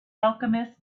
alchemist